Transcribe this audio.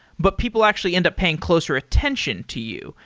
but people actually end up paying closer attention to you,